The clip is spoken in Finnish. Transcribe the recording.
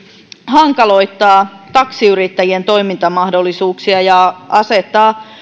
hankaloittaa erityisesti taksiyrittäjien toimintamahdollisuuksia ja asettaa